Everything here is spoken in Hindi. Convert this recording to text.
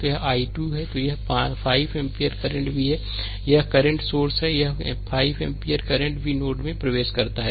तो यह i 2 है तो यह 5 एम्पीयरकरंट भी यहीं है यह करंट सोर्स है यह 5 एम्पीयर करंट भी नोड 2 में प्रवेश करता है